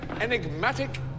enigmatic